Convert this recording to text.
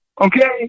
Okay